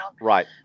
Right